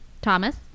Thomas